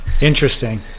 interesting